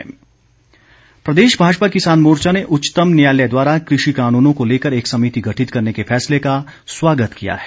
भाजपा किसान मोर्चा प्रदेश भाजपा किसान मोर्चा ने उच्चतम न्यायालय द्वारा कृषि कानूनों को लेकर एक समिति गठित करने के फैसले का स्वागत किया है